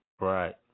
right